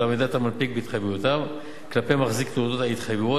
עמידת המנפיק בהתחייבויותיו כלפי מחזיקי תעודות ההתחייבות